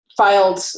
filed